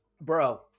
Bro